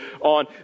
on